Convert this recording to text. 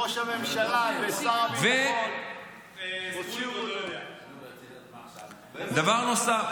ראש הממשלה ושר הביטחון הוציאו --- דבר נוסף,